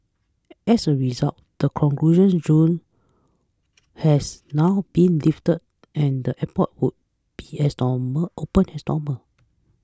as a result the conclusions zone has now been lifted and the airport will be as normal open as normal